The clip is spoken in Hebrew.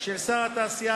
של שר התעשייה,